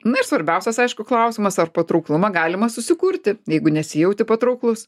na ir svarbiausias aišku klausimas ar patrauklumą galima susikurti jeigu nesijauti patrauklus